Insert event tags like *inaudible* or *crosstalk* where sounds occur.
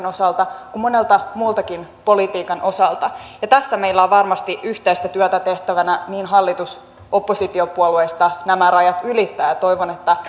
*unintelligible* osalta kuin monelta muultakin politiikan osalta tässä meillä on varmasti yhteistä työtä tehtävänä niin hallitus kuin oppositiopuolueissa tämä nämä rajat ylittää ja ja toivon että *unintelligible*